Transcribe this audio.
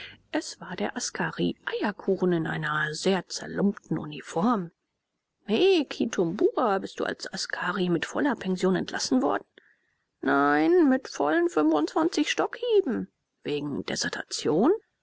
es war der askari eierkuchen in einer sehr zerlumpten uniform he kitumbua bist du als askari mit voller pension entlassen worden nein mit vollen fünfundzwanzig stockhieben wegen desertion